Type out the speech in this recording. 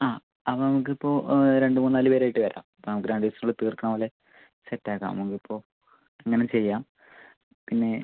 ആ അത് നമുക്ക് ഇപ്പോൾ രണ്ട് മൂന്നാല് പേര് ആയിട്ട് വരാം അപ്പോൾ നമുക്ക് രണ്ട് ദിവസത്തിന് ഉള്ള് തീർക്കാം അല്ലേ സെറ്റ് ആക്കാം നമുക്ക് ഇപ്പോൾ ഇങ്ങനെ ചെയ്യാം പിന്നെ